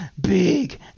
Big